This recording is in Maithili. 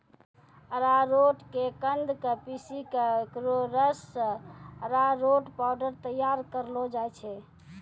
अरारोट के कंद क पीसी क एकरो रस सॅ अरारोट पाउडर तैयार करलो जाय छै